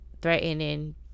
Threatening